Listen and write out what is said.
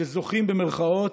ש"זוכים", במירכאות,